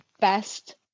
best